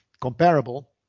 comparable